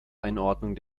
einordnung